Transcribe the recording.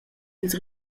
ils